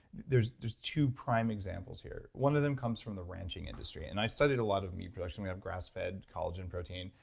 there's there's two prime examples here one of them comes from the ranching industry, and i studied a lot of meat production. we have grass-fed, collagen, protein,